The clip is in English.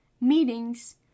meetings